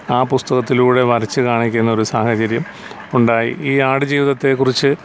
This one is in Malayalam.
ആ പുസ്തത്തിലൂടെ വരച്ചു കാണിക്കുന്ന ഒരു സാഹചര്യം ഉണ്ടായി ഈ ആടുജീവിതത്തെ കുറിച്ച്